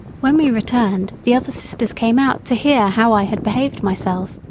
when we returned the other sisters came out to hear how i had behaved myself.